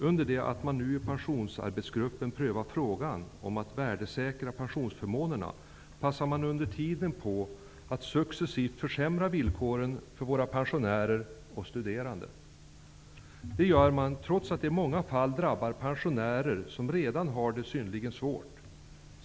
Herr talman! Medan man nu i pensionsarbetsgruppen prövar frågan om att värdesäkra pensionsförmånerna, passar man på att successivt försämra villkoren för våra pensionärer och studerande. Detta gör man trots att det i många fall drabbar pensionärer som redan har det synnerligen svårt.